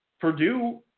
Purdue